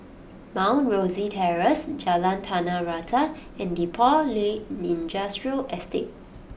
Mount Rosie Terrace Jalan Tanah Rata and Depot Lane Industrial Estate